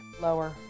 Lower